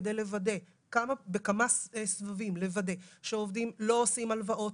כדי לוודא בכמה סבבים שעובדים לא עושים הלוואות,